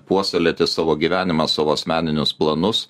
puoselėti savo gyvenimą savo asmeninius planus